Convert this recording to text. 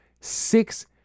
six